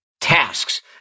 tasks